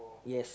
yes